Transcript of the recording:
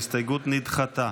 ההסתייגות נדחתה.